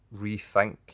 rethink